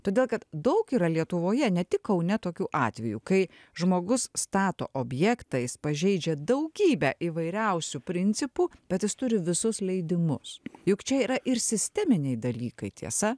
todėl kad daug yra lietuvoje ne tik kaune tokių atvejų kai žmogus stato objektą jis pažeidžia daugybę įvairiausių principų bet jis turi visus leidimus juk čia yra ir sisteminiai dalykai tiesa